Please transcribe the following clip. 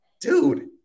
dude